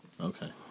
Okay